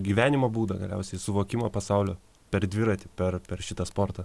gyvenimo būdą galiausiai suvokimą pasaulio per dviratį per per šitą sportą